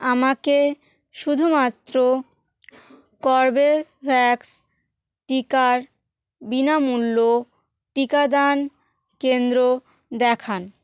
আমাকে শুধুমাত্র কর্বেভ্যাক্স টিকার বিনামূল্য টিকাদান কেন্দ্র দেখান